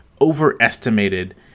overestimated